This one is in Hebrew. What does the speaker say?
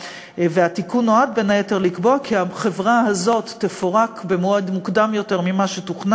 אני מעדיף להודיע מייד שההפסקה נובעת מבקשה של אנשי המחשוב,